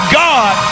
god